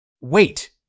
Wait